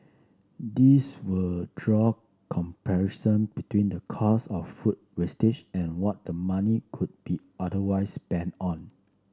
these will draw comparison between the cost of food wastage and what the money could be otherwise spent on